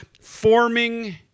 forming